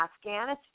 Afghanistan